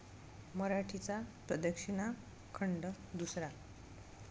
मराठीचा प्रदक्षिणा खंड दुसरा